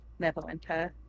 Neverwinter